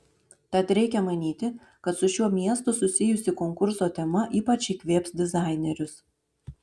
tad reikia manyti kad su šiuo miestu susijusi konkurso tema ypač įkvėps dizainerius